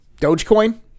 Dogecoin